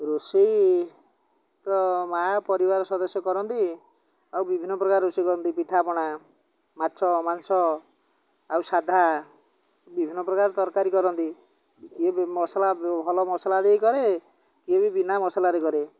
ରୋଷେଇ ତ ମାଆ ପରିବାର ସଦସ୍ୟ କରନ୍ତି ଆଉ ବିଭିନ୍ନ ପ୍ରକାର ରୋଷେଇ କରନ୍ତି ପିଠାପଣା ମାଛ ମାଂସ ଆଉ ସାଧା ବିଭିନ୍ନ ପ୍ରକାର ତରକାରୀ କରନ୍ତି ଇଏ ବି ମସଲା ଭଲ ମସଲି ଦେଇ କରେ କିଏ ବି ବିନା ମସଲାରେ କରେ